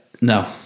No